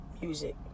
music